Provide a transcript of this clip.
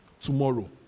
tomorrow